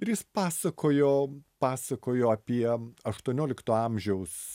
ir jis pasakojo pasakojo apie aštuoniolikto amžiaus